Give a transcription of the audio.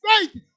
faith